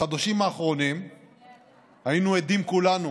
בחודשים האחרונים היינו עדים כולנו